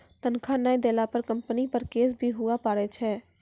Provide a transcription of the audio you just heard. तनख्वाह नय देला पर कम्पनी पर केस भी हुआ पारै छै